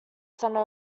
centre